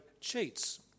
cheats